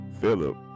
Philip